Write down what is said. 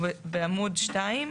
בעמוד 2,